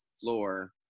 floor